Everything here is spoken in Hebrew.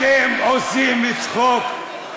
אתם עושים צחוק.